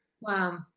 Wow